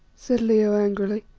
said leo angrily,